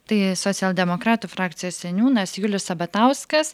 tai socialdemokratų frakcijos seniūnas julius sabatauskas